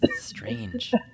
strange